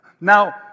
Now